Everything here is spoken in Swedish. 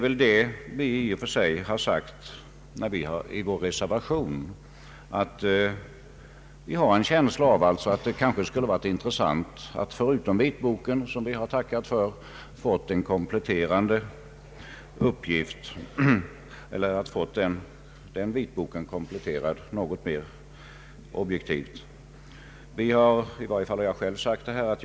Vad vi velat säga i vår reservation är att vi har en känsla av att det skulle varit intressant att förutom vitboken som vi har tackat för också ha fått en mer objektiv komplettering av vitboken.